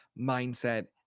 mindset